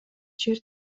жер